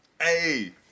Hey